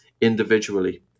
individually